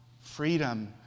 freedom